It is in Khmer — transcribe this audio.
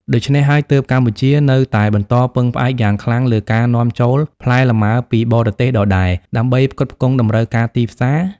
ដូច្នេះហើយ ទើបកម្ពុជានៅតែបន្តពឹងផ្អែកយ៉ាងខ្លាំងលើការនាំចូលផ្លែលម៉ើពីបរទេសដដែល ដើម្បីផ្គត់ផ្គង់តម្រូវការទីផ្សារ។